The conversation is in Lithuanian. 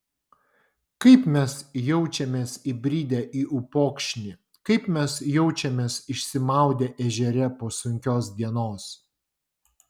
kaip mes jaučiamės įbridę į upokšnį kaip mes jaučiamės išsimaudę ežere po sunkios dienos